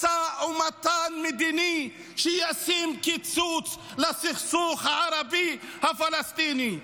משא ומתן מדיני שישים קץ לסכסוך הערבי, הפלסטיני.